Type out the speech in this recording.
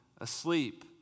asleep